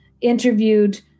interviewed